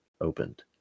opened